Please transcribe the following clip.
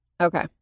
Okay